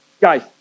guys